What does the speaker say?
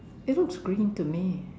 it looks green to me